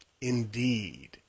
Indeed